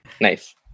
Nice